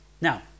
Now